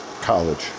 college